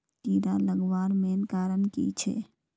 कीड़ा लगवार मेन कारण की छे?